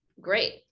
great